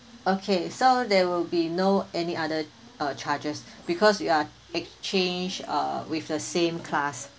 okay so there will be no any other charges because you are exchange uh with the same class